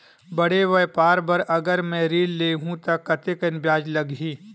बड़े व्यापार बर अगर मैं ऋण ले हू त कतेकन ब्याज लगही?